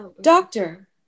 Doctor